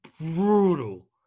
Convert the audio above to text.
brutal